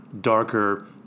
darker